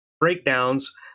breakdowns